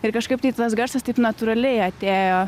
ir kažkaip tai tas garsas taip natūraliai atėjo